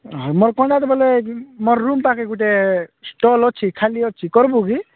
ହଁ ମୋର୍ ପଣ୍ଡାତ ବଲେ ମୋର ରୁମ୍ ପାଖେ ଗୋଟେ ଷ୍ଟଲ୍ ଅଛି ଖାଲି ଅଛି କରିବୁ କି